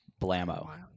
Blammo